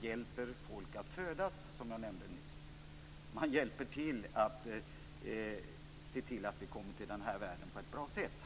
jag nämnde nyss hjälper kommunerna folk att födas och ser till att vi kommer till den här världen på ett bra sätt.